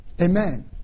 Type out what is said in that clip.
Amen